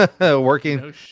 Working